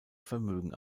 vermögen